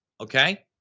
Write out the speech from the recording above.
okay